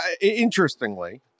Interestingly